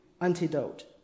antidote